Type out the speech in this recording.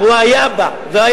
והוא היה בה.